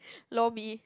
lor mee